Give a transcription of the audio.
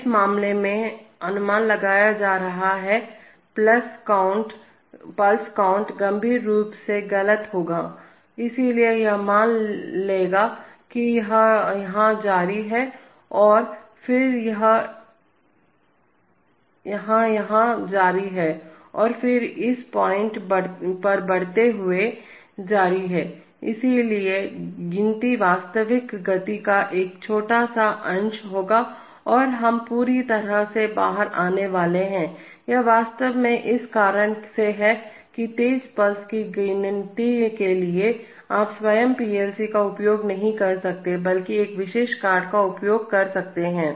तो इस मामले में अनुमान लगाया जा रहा है पल्स काउंट गंभीर रूप से गलत होगा इसलिए यह मान लेगा कि यह यहां जारी है और फिर यह यह और फिर यह यहां जारी है और फिर यह इस पॉइंट बढ़ते हुए जारी हैइसलिए गिनती वास्तविक गति का एक छोटा सा अंश होगी और हम पूरी तरह से बाहर आने वाले हैं यह वास्तव में इस कारण से है कि तेज पल्स की गिनती के लिए आप स्वयं पीएलसी का उपयोग नहीं कर सकते हैं बल्कि एक विशेष कार्ड का उपयोग कर सकते हैं